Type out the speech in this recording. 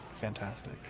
fantastic